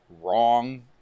wrong